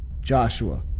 Joshua